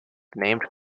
named